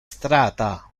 strata